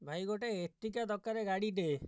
ଭାଇ ଗୋଟିଏ ଏର୍ଟିଗା ଦରକାର ଗାଡ଼ିଟିଏ